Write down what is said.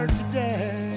today